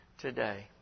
today